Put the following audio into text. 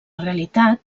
realitat